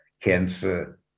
cancer